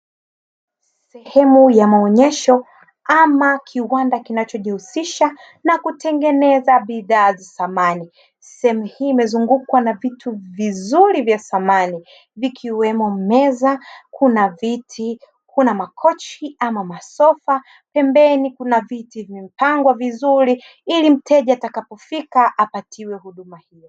Sehemu ya maonyesho ama kiwanda kinachojihusisha na kutengenezea bidhaa za samani, sehemu hii imezungukwa na vitu vizuri vya samani, ikiwemo meza, kuna viti, kuna makochi ama masofa , pembeni kuna viti vimepangwa vizuri, ili mteja atakapofika apatiwe huduma hiyo.